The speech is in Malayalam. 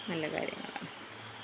നല്ല കാര്യങ്ങളാണ്